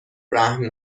رحم